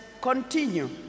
continue